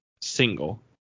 single